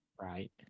Right